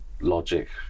logic